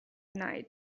night